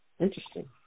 Interesting